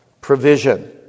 provision